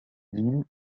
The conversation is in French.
ville